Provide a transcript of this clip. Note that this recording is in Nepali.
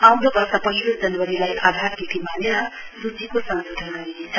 आउँदो वर्ष पहिलो जनवरीलाई आधार तिथि मानेर सूचीको सशोधन गरिनेछ